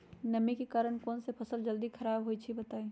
नमी के कारन कौन स फसल जल्दी खराब होई छई बताई?